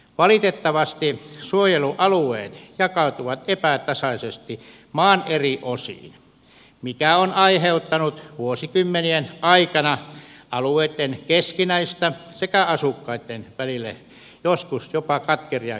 valitettavasti suojelualueet jakautuvat epätasaisesti maan eri osiin mikä on aiheuttanut vuosikymmenien aikana alueitten sekä asukkaitten välille joskus jopa katkeriakin ristiriitoja